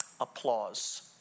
applause